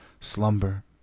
slumber